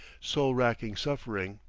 soul-racking suffering.